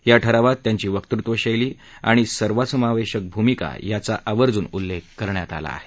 या ठरावात त्यांची वक्तृत्व शैली आणि सर्वसमावेशक भूमिका याचा आवर्जून उल्लेख करण्यात आला आहे